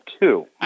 two